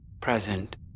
present